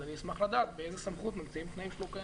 אז אשמח לדעת מאיזו סמכות ממציאים תנאים שלא קיימים.